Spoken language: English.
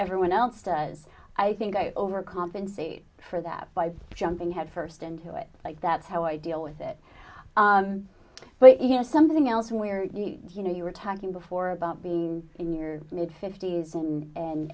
everyone else does i think i overcompensate for that by jumping headfirst into it like that's how i deal with it but you know something else where you you know you were talking before about being in your mid fifty's in and